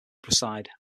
preside